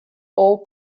all